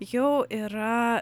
jau yra